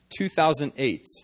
2008